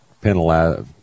penalize